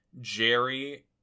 Jerry